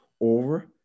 over